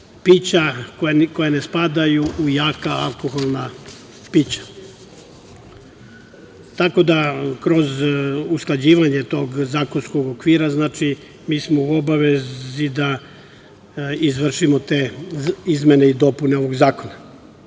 koja ne spadaju u jaka alkoholna pića. Tako da, kroz usklađivanje tog zakonskog okvira mi smo u obavezi da izvršimo izmene i dopune tog zakona. Drugi